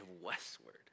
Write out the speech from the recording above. westward